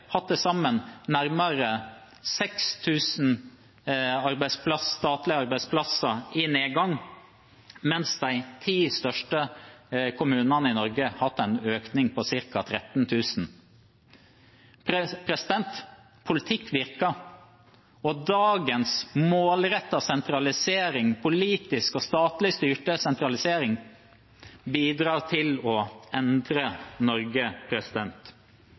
hatt en økning på ca. 13 000. Politikk virker, og dagens målrettede sentralisering – en politisk og statlig styrt sentralisering – bidrar til å endre Norge.